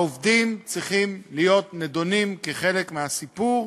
העובדים צריכים להיות נדונים כחלק מהסיפור,